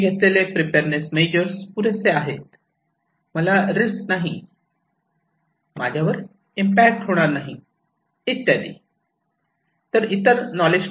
मी घेतलेले preparedness measures पुरेसे आहे मला रिस्क नाही माझ्यावर इम्पॅक्ट होणार नाही इत्यादी